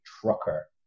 trucker